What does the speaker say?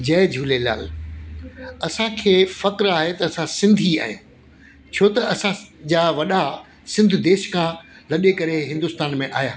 जय झूलेलाल असांखे फ़ख़्रु आहे त असां सिंधी आहियूं छो त असांजा वॾा सिंध देश खां लडे करे हिंदुस्तान में आहिया